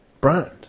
brand